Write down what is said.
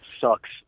sucks